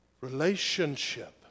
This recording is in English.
Relationship